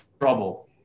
trouble